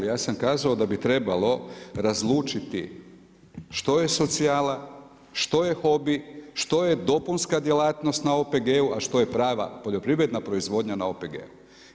Ja sam kazao da bi trebalo razlučiti što je socijala, što je hobi, što je dopunska djelatnost na OPG-u, a što je prava poljoprivredna proizvodnja na OPG-u.